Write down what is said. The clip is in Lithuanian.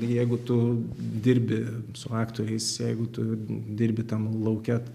jeigu tu dirbi su aktoriais jeigu tu dirbi tam lauke